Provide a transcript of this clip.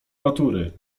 natury